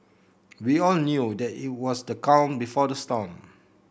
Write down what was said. we all knew that it was the calm before the storm